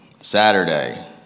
Saturday